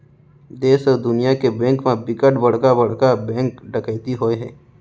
देस अउ दुनिया के बेंक म बिकट बड़का बड़का बेंक डकैती होए हे